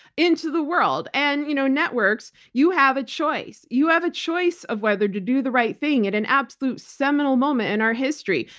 into the world. and you know networks, you have a choice, you have a choice of whether to do the right thing in an absolutely seminal moment in our history.